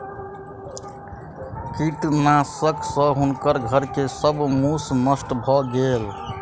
कृंतकनाशक सॅ हुनकर घर के सब मूस नष्ट भ गेल